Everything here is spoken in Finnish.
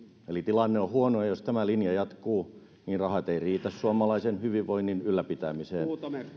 eli tilanne on huono ja jos tämä linja jatkuu niin rahat eivät riitä suomalaisen hyvinvoinnin ylläpitämiseen